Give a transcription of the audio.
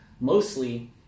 mostly